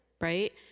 right